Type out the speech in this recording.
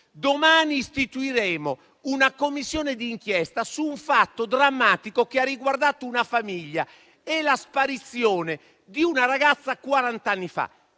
Domani istituiremo una Commissione di inchiesta su un fatto drammatico che ha riguardato una famiglia e la sparizione di una ragazza quarant'anni fa.